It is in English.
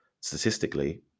statistically